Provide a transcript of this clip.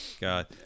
God